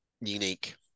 unique